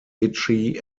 itchy